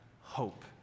hope